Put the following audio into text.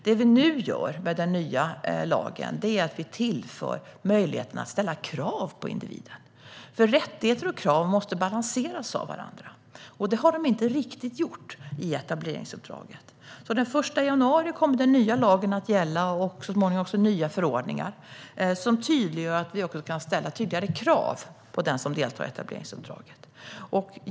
Det vi gör med den nya lagen är att vi tillför möjligheten att ställa krav på individen, för rättigheter och krav måste balanseras, och det har de inte riktigt gjort i etableringsuppdraget. Den 1 januari kommer den nya lagen och många nya förordningar att gälla som gör att vi kan ställa tydligare krav på den som deltar i etableringsuppdraget.